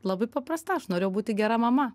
labai paprasta aš norėjau būti gera mama